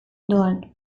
doan